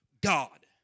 God